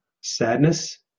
sadness